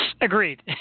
Agreed